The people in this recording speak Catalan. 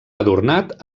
adornat